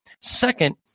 Second